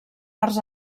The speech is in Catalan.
arts